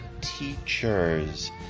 teachers